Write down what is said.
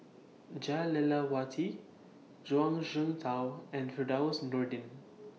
Jah Lelawati Zhuang Shengtao and Firdaus Nordin